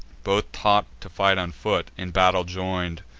both taught to fight on foot, in battle join'd,